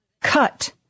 cut